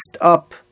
up